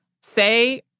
say